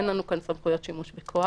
אין לנו כאן סמכויות שימוש בכוח.